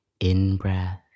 In-breath